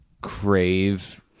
crave